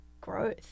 growth